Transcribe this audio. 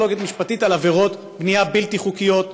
מחלוקת משפטית על עבירות בנייה בלתי חוקית.